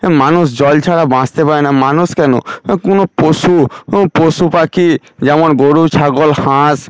মানুষ জল ছাড়া বাঁচতে পারে না মানুষ কেনো কোনো পশু পশু পাখি যেমন গরু ছাগল হাঁস